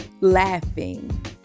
laughing